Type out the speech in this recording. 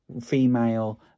female